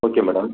okay madam